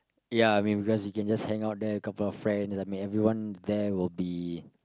ya I mean because you just hang out there with a couple of friends I mean everyone there will be